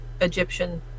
Egyptian